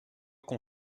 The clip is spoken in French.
qu’on